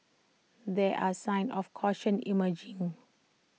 there are signs of caution emerging